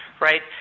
right